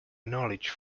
knowledge